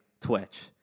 Twitch